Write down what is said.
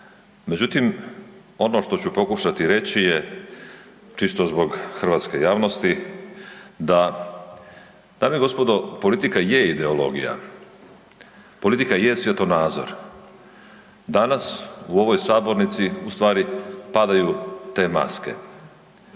međutim ono što ću pokušati reći je čisto zbog hrvatske javnosti da dame i gospodo, politika je ideologija, politika je svjetonazor, danas u ovoj sabornici ustvari padaju te maske